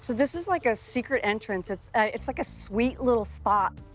so this is, like, a secret entrance. it's it's like a sweet, little spot.